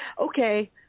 Okay